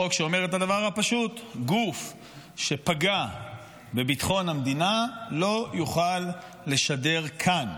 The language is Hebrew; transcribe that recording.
החוק שאומר את הדבר הפשוט: גוף שפגע בביטחון המדינה לא יוכל לשדר כאן